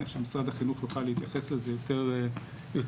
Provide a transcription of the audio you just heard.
משרד החינוך יוכל להתייחס לזה יותר בהרחבה.